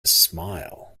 smile